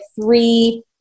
three